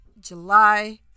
july